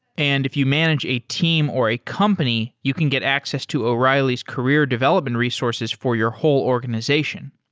and if you manage a team or a company, you can get access to o'reilly's career development resources for your whole organization.